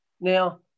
Now